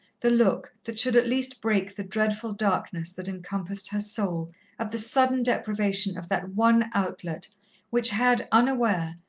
the look, that should at least break the dreadful darkness that encompassed her soul at the sudden deprivation of that one outlet which had, unaware,